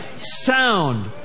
sound